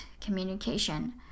Communication